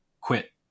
quit